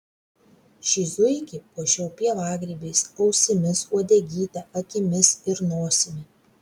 šį zuikį puošiau pievagrybiais ausimis uodegyte akimis ir nosimi